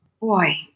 boy